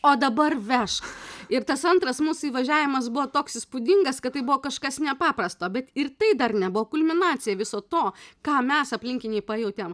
o dabar vežk ir tas antras mūsų įvažiavimas buvo toks įspūdingas kad tai buvo kažkas nepaprasto bet ir tai dar nebuvo kulminacija viso to ką mes aplinkiniai pajautėm